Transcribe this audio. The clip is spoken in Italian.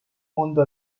mondo